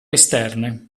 esterne